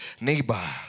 neighbor